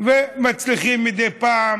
ומצליחים מדי פעם